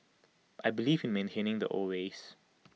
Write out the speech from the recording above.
I believe in maintaining the old ways